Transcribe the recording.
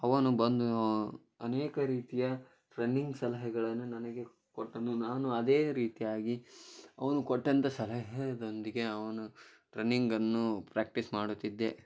ಅವನು ಬಂದು ಅನೇಕ ರೀತಿಯ ರನ್ನಿಂಗ್ ಸಲಹೆಗಳನ್ನು ನನಗೆ ಕೊಟ್ಟನು ನಾನು ಅದೇ ರೀತಿಯಾಗಿ ಅವನು ಕೊಟ್ಟಂಥ ಸಲಹೆಯೊಂದಿಗೆ ಅವನು ರನ್ನಿಂಗನ್ನು ಪ್ರ್ಯಾಕ್ಟೀಸ್ ಮಾಡುತ್ತಿದ್ದೆ